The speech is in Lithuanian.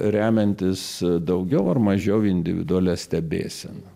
remiantis daugiau ar mažiau individualia stebėsena